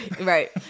Right